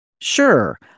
Sure